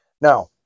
Now